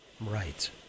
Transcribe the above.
Right